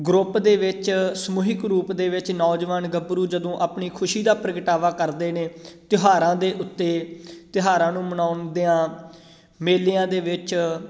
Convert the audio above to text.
group ਦੇ ਵਿੱਚ ਸਮੂਹਿਕ ਰੂਪ ਦੇ ਵਿੱਚ ਨੌਜਵਾਨ ਗੱਭਰੂ ਜਦੋਂ ਆਪਣੀ ਖੁਸ਼ੀ ਦਾ ਪ੍ਰਗਟਾਵਾ ਕਰਦੇ ਨੇ ਤਿਉਹਾਰਾਂ ਦੇ ਉੱਤੇ ਤਿਉਹਾਰਾਂ ਨੂੰ ਮਨਾਉਂਦਿਆਂ ਮੇਲਿਆਂ ਦੇ ਵਿੱਚ